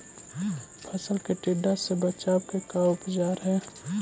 फ़सल के टिड्डा से बचाव के का उपचार है?